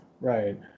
right